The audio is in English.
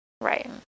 Right